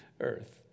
earth